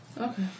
Okay